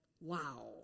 Wow